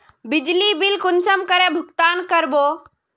बिजली बिल कुंसम करे भुगतान कर बो?